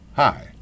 Hi